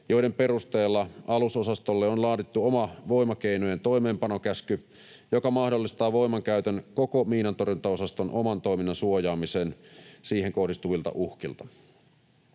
joiden perusteella alusosastolle on laadittu oma voimakeinojen toimeenpanokäsky, joka mahdollistaa voimankäytön koko miinantorjuntaosaston oman toiminnan suojaamiseen siihen kohdistuvilta uhkilta.